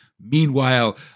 Meanwhile